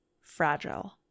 Fragile